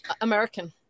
American